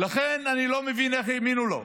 לכן אני לא מבין איך האמינו לו.